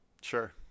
Sure